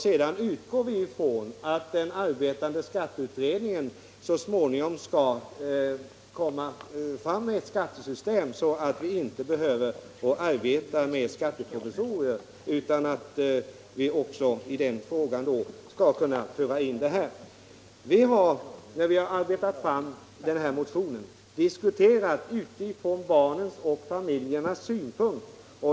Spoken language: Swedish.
Sedan utgår vi ifrån att den arbetande skatteutredningen så småningom skall utforma ett skattesystem så att vi inte behöver arbeta med skatteprovisorier och att man i det sammanhanget skall kunna föra in också den här frågan. När vi har arbetat fram vår motion har vi diskuterat utifrån barnens och familjernas synpunkt.